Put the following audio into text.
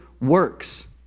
works